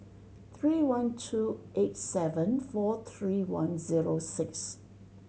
three one two eight seven four three one zero six